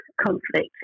conflict